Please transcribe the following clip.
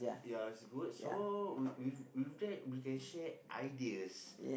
ya it's good so with with with that we can share ideas